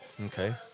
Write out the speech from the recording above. okay